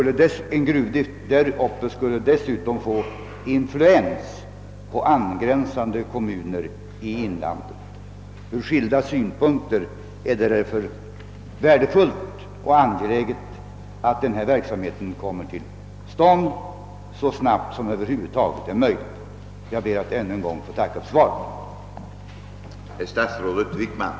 En gruvdrift där uppe skulle dessutom få influens på angränsande kommuner i inlandet. Ur skilda synpunkter är det därför värdefullt och angeläget att denna verksamhet kommer till stånd så snabbt som det över huvud taget är möjligt. Jag ber än en gång att få tacka för svaret.